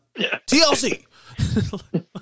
TLC